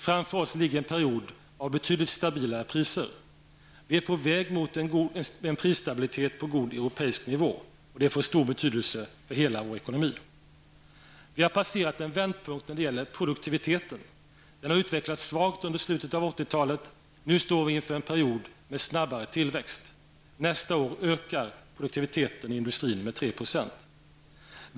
Framför oss ligger en period av betydligt stabilare priser. Vi är på väg mot en prisstabilitet på god europeisk nivå. Det får stor betydelse för hela vår ekonomi. -- Vi har passerat en vändpunkt när det gäller produktiviteten. Den har utvecklats svagt under slutet av 80-talet. Nu står vi inför en period med snabbare tillväxt. Nästa år ökar produktiviteten i industrin med 3 %.